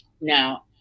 Now